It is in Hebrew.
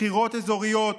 בחירות אזוריות,